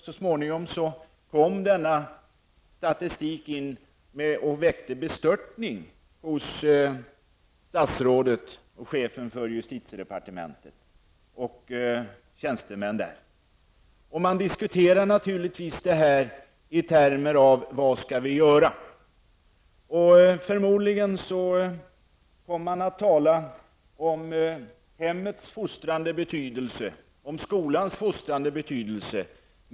Så småningom kom denna statistik att väcka bestörtning hos statsrådet och tillika chefen för justitiedepartementet samt bland tjänstemännen där. Naturligtvis diskuterade man detta i frågetermer: Vad skall vi göra? Förmodligen kom man då att tala om hemmets och skolans fostrande betydelse.